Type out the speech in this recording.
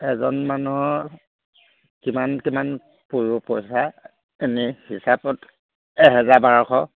এজন মানুহৰ কিমান কিমান পো পইচা এনেই হিচাপত এহেজাৰ বাৰশ